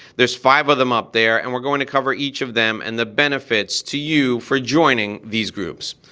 there's five of them up there and we're going to cover each of them and the benefits to you for joining these groups.